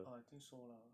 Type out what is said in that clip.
ah I think so lah